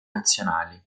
nazionali